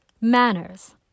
Manners